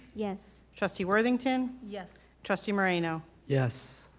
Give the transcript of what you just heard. yes. trustee worthington. yes. trustee moreno. yes.